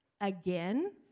again